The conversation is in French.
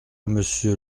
monsieur